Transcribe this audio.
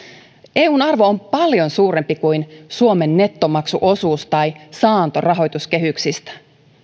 eun arvo on paljon suurempi kuin suomen nettomaksuosuus tai saanto rahoituskehyksistä